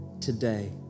today